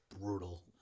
brutal